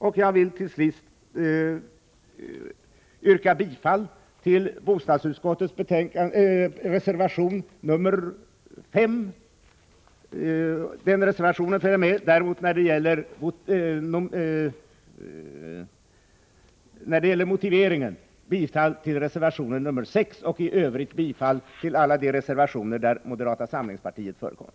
Till sist vill jag yrka bifall till reservation 5 i bostadsutskottets betänkande 25 och beträffande motiveringen till reservation 6 — i övrigt bifall till alla de reservationer där moderata samlingspartiet förekommer.